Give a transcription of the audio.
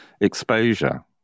exposure